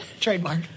trademark